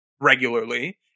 regularly